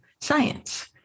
science